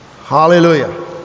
Hallelujah